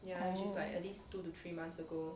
orh